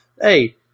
Hey